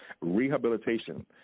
rehabilitation